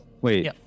Wait